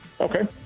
okay